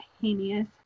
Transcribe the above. heinous